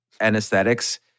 anesthetics